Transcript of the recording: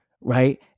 Right